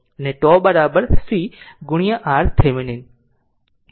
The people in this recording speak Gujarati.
અને τ c ગુણ્યા RThevenin